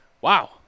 Wow